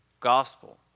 gospel